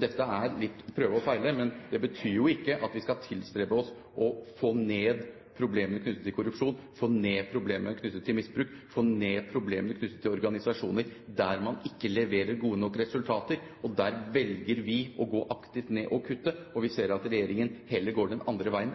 Dette er litt prøve og feile. Men det betyr jo ikke at vi skal tilstrebe oss å få ned problemene knyttet til korrupsjon, få ned problemene knyttet til misbruk, få ned problemene knyttet til organisasjoner der man ikke leverer gode nok resultater, og der velger vi å gå aktivt ned og kutte. Vi ser at regjeringen heller går den andre veien